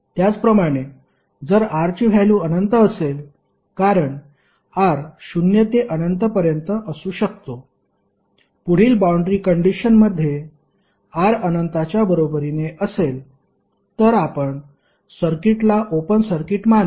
त्याचप्रमाणे जर R ची व्हॅल्यु अनंत असेल कारण R शून्य ते अनंत पर्यंत असू शकतो पुढील बाउंड्री कंडिशन मध्ये R अनंताच्या बरोबरीने असेल तर आपण सर्किटला ओपन सर्किट मानू